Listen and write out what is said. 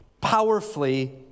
powerfully